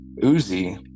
Uzi